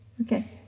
Okay